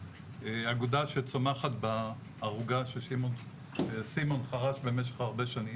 אגודה שצומחת בערוגה שסימון חרש במשך הרבה שנים.